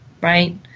right